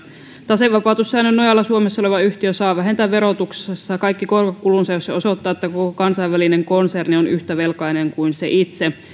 tasevapautussäännön nojalla suomessa oleva yhtiö saa vähentää verotuksessa kaikki korkokulunsa jos se osoittaa että koko kansainvälinen konserni on yhtä velkainen kuin se itse